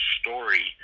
story